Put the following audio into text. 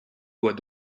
doit